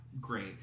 great